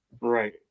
right